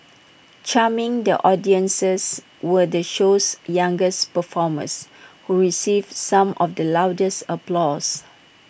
charming the audiences were the show's youngest performers who received some of the loudest applause